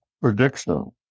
prediction